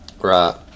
right